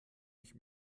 nicht